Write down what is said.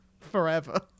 forever